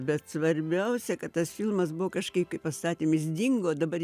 bet svarbiausia kad tas filmas buvo kažkaip kai pastatėm jis dingo dabar